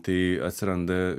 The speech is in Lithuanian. tai atsiranda